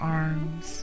arms